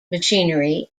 machinery